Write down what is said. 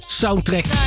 soundtrack